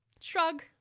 Shrug